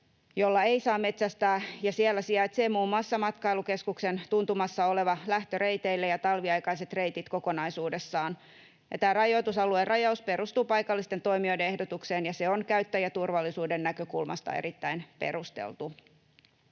jolla ei saa metsästää, ja siellä sijaitsevat muun muassa matkailukeskuksen tuntumassa oleva lähtö reiteille ja talviaikaiset reitit kokonaisuudessaan. Tämän rajoitusalueen rajaus perustuu paikallisten toimijoiden ehdotukseen, ja se on käyttäjäturvallisuuden näkökulmasta erittäin perusteltu.